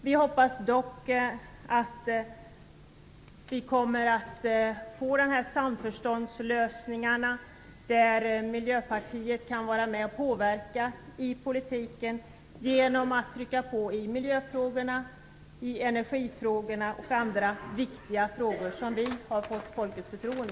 Vi hoppas dock att vi kommer att få samförståndslösningar där Miljöpartiet kan vara med och påverka i politiken genom att trycka på i miljöfrågorna, i energifrågorna och i andra viktiga frågor där vi har fått folkets förtroende.